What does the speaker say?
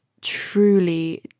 truly